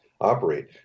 operate